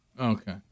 Okay